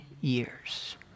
years